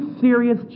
serious